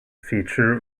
feature